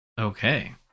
Okay